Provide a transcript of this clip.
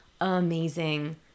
amazing